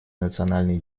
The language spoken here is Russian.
национальный